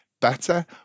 better